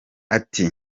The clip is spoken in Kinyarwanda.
ati